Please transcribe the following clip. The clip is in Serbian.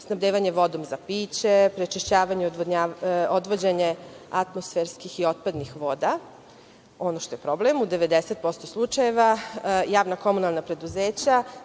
snabdevanje vodom za piće, prečišćavanje i odvođenje atmosferskih i otpadnih voda. Ono što je problem u 90% slučajeva, javna komunalna preduzeća,